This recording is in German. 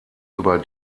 über